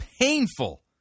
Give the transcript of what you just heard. painful